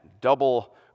Double